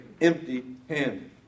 empty-handed